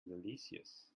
delicious